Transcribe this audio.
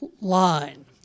line